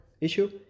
issue